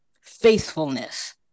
faithfulness